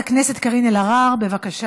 חברת הכנסת קארין אלהרר, בבקשה.